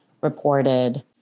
reported